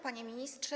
Panie Ministrze!